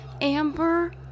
Amber